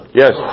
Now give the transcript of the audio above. yes